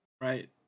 Right